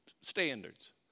standards